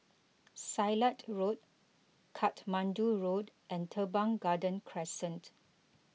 Silat Road Katmandu Road and Teban Garden Crescent